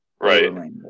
Right